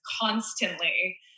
constantly